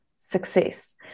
success